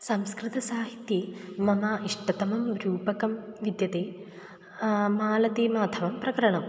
संस्कृतसाहित्ये मम इष्टतमं रूपकं विद्यते मालतिमाधवं प्रकरणम्